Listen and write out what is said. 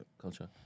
culture